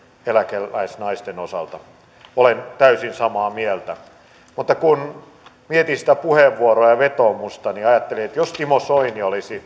eläkeläisnaisten osalta olen täysin samaa mieltä mutta kun mietin sitä puheenvuoroa ja vetoomusta niin ajattelin että jos ministeri soini olisi